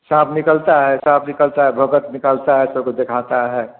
साँप निकलता है सांप निकलता है भगत निकालता है सबको दिखाता है